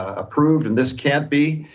approved and this can't be,